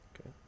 Okay